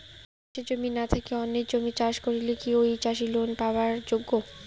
নিজের জমি না থাকি অন্যের জমিত চাষ করিলে কি ঐ চাষী লোন পাবার যোগ্য?